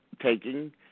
taking